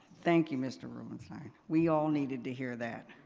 thank you, mr. rubenstein. we all needed to hear that.